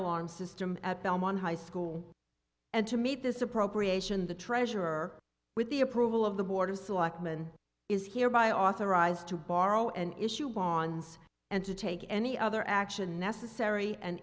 alarm system at belmont high school and to meet this appropriation the treasurer with the approval of the board of selectmen is here by authorized to borrow and issue bonds and to take any other action